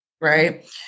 right